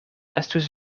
estus